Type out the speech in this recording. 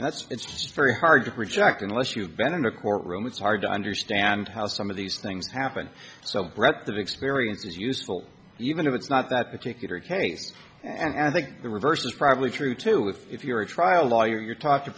and that's it's very hard to project unless you've been in a courtroom it's hard to understand how some of these things happened so breadth of experience is useful even if it's not that particular case and i think the reverse is probably true too if you're a trial lawyer